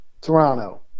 Toronto